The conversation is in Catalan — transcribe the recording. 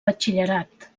batxillerat